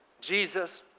Jesus